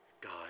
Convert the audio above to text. God